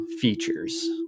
features